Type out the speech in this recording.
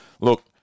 look